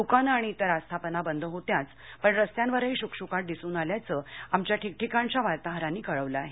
दुकानं आणि तेर आस्थापना बंद होत्याच पण रस्त्यांवरही शुकशुकाट दिसून आल्याचं आमच्या ठिकठिकाणच्या वाताहरांनी कळवलं आहे